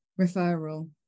referral